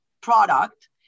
product